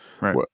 Right